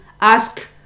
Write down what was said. ask